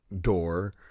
door